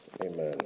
amen